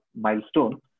milestone